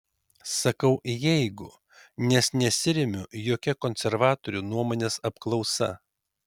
sakau jeigu nes nesiremiu jokia konservatorių nuomonės apklausa